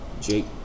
Jake